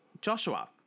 Joshua